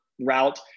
route